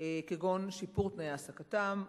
כגון שיפור תנאי העסקתם,